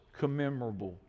commemorable